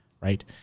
right